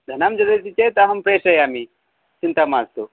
धनं ददाति चेत् अहं प्रेषयामि चिन्ता मास्तु